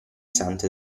sante